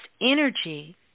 energy